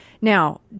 Now